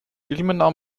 ilmenau